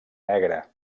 negra